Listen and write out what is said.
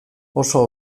oso